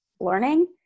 learning